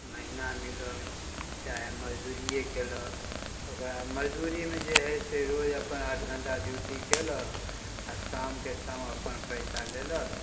महिना मिलल चाहे मजदूरिए केलक तऽ ओकरा मजदूरीमे जे हइ से रोज अपन आठ घण्टा ड्यूटी कएलक आओर शामके शाम अपन पइसा लेलक